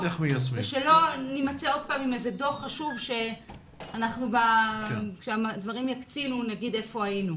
שלא נימצא שוב עם איזה דוח חשוב וכאשר הדברים יקצינו נשאל היכן היינו.